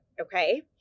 Okay